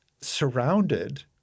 surrounded